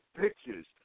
pictures